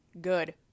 good